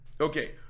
Okay